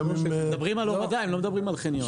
הם מדברים על הורדה, הם לא מדברים על חניון.